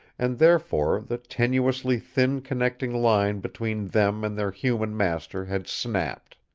and, therefore, the tenuously thin connecting line between them and their human master had snapped.